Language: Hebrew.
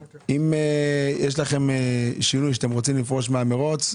אם יש לכם שינוי שאתם רוצים לפרוש מהמירוץ,